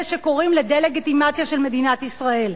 שקוראים לדה-לגיטימציה של מדינת ישראל.